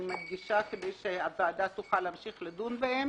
מדגישה: כדי שהוועדה תוכל להמשיך לדון בהם